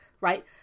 right